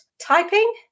typing